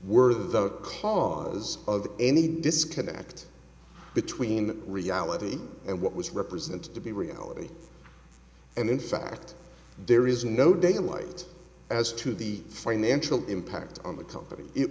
the cause of any disconnect between reality and what was represented to be reality and in fact there is no daylight as to the financial impact on the company it